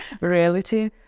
reality